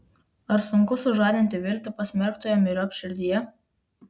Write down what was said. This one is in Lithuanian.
ar sunku sužadinti viltį pasmerktojo myriop širdyje